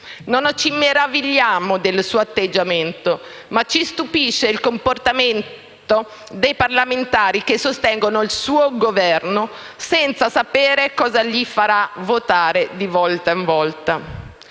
non ci meravigliamo del suo atteggiamento, ma ci stupisce il comportamento dei parlamentari che sostengono il suo Governo senza sapere cosa gli farà votare di volta in volta.